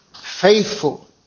faithful